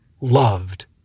loved